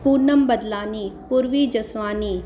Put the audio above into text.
Poonam Badlani Purvi Jaswani